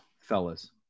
fellas